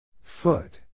Foot